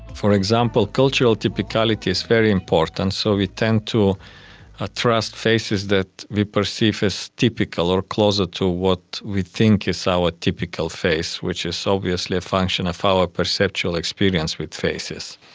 for example, cultural typicality is very important. so we tend to ah trust faces that we perceive as typical or closer to what we think is our typical face, which is obviously a function of our perceptual experience with faces.